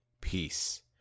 peace